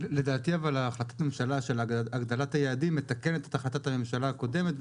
לדעתי אבל החלטת הממשלה של הגדלת היעדים מתקנת את החלטת הממשלה הקודמת,